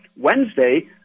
Wednesday